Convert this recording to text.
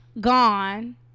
gone